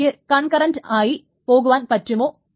അവക്ക് കൺകറന്റ് ആയി പോകുവാൻ പറ്റുമോ